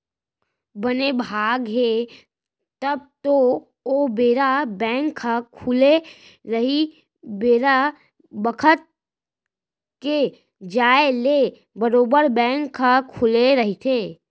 बने भाग हे तब तो ओ बेरा बेंक ह खुले रही बेरा बखत के जाय ले बरोबर बेंक ह खुले रहिथे